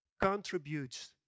contributes